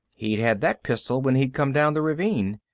he'd had that pistol when he'd come down the ravine.